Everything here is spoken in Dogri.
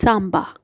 सांबा